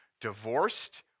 divorced